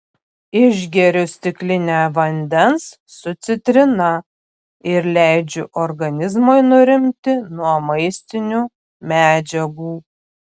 išgeriu stiklinę vandens su citrina ir leidžiu organizmui nurimti nuo maistinių medžiagų